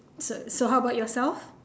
so so how about yourself